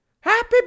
Happy